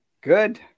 Good